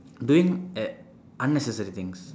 doing at unnecessary things